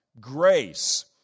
grace